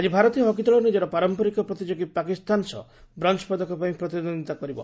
ଆଜି ଭାରତୀୟ ହକିଦଳ ନିଜର ପାରମ୍ପରିକ ପ୍ରତିଯୋଗୀ ପାକିସ୍ତାନ ସହ ବ୍ରୋଞ୍ଜ ପଦକ ପାଇଁ ପ୍ରତିଦ୍ୱନ୍ଦିତା କରିବ